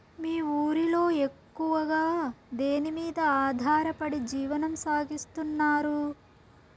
మీ ఊరిలో ఎక్కువగా దేనిమీద ఆధారపడి జీవనం సాగిస్తున్నారు?